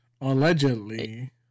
Allegedly